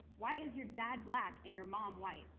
why is your dad black and your mom white?